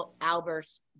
Albert's